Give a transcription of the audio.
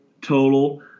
total